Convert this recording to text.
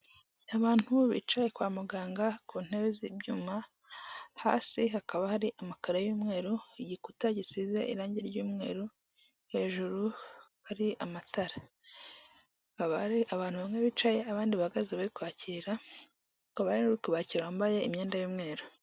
Abantu bicaye kwa muganga ku ntebe z'ibyuma, hasi hakaba hari amakaro y'umweru, igikuta gisize irangi ry'umweru, hejuru hari amatara. Hakaba hari abantu bamwe bicaye abandi bahagaze bari kubakira, hakaba hari uri kubakira wambaye imyenda y'umweru.